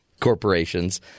corporations